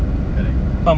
correct